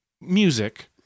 music